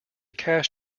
cash